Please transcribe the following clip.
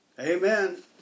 Amen